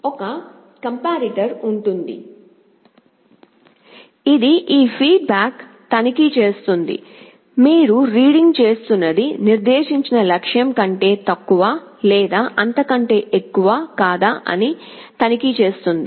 ఒక comparator ఉంటుంది ఇది ఈ ఫీడ్ బ్యాక్ తనిఖీ చేస్తుంది మీరు రీడింగ్ చేస్తున్నది నిర్దేశించిన లక్ష్యం కంటే తక్కువ లేదా అంతకంటే ఎక్కువ కాదా అని తనిఖీ చేస్తుంది